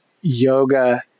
yoga